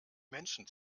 menschen